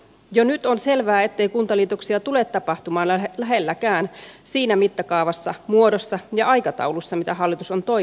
jo nyt on selvää ettei kuntaliitoksia tule tapahtumaan lähellekään siinä mittakaavassa muodossa ja aikataulussa mitä hallitus on toivonut